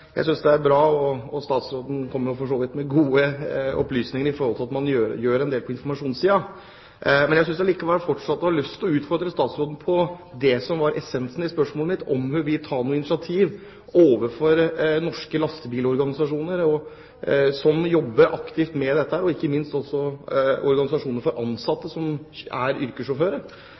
Jeg synes det er bra. Statsråden kommer med gode opplysninger om at man gjør en del på informasjonssiden. Men jeg har fortsatt lyst til å utfordre statsråden på det som var essensen i spørsmålet mitt, nemlig om hun vil ta noe initiativ overfor norske lastebilorganisasjoner som jobber aktivt med dette, og ikke minst overfor organisasjoner for yrkessjåfører, nettopp fordi det handler om utenlandske kollegaer som ikke er